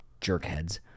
jerkheads